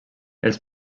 els